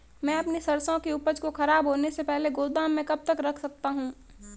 मैं अपनी सरसों की उपज को खराब होने से पहले गोदाम में कब तक रख सकता हूँ?